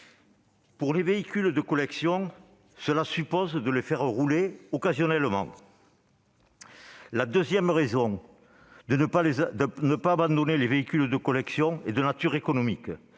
Pour les véhicules de collection, cela suppose de les faire rouler occasionnellement. La deuxième raison de ne pas abandonner les véhicules de collection est de nature économique.